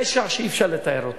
פשע שאי-אפשר לתאר אותו.